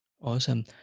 Awesome